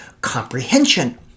Comprehension